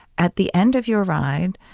at the end of your ride,